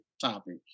topic